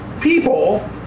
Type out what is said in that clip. people